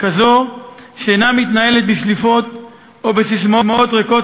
כזו שאינה מתנהלת בשליפות או בססמאות ריקות